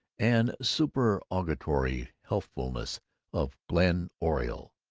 and supererogatory healthfulness of glen oriole.